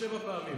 667 פעמים.